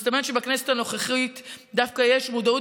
מסתמן שבכנסת הנוכחית דווקא יש מודעות